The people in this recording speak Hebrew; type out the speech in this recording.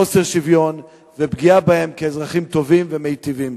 חוסר שוויון ופגיעה בהם כאזרחים טובים ומיטיבים.